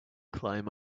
claim